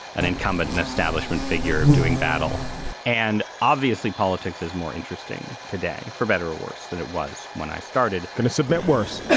an incumbent, an establishment. you're doing battle and obviously politics is more interesting today. for better or worse than it was when i started going to submit worse.